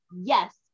yes